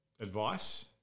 advice